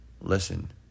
Listen